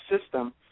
system